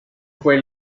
fue